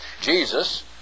Jesus